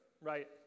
right